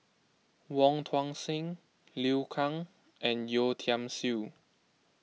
Wong Tuang Seng Liu Kang and Yeo Tiam Siew